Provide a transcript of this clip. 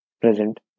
present